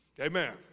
Amen